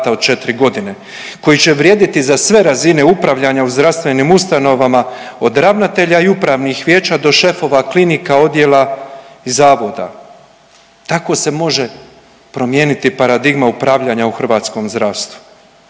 od 4 godine koji će vrijediti za sve razine upravljanja u zdravstvenim ustanovama od ravnatelja i upravnih vijeća do šefova klinika, odjela i zavoda. Tako se može promijeniti paradigma upravljanja u hrvatskom zdravstvu.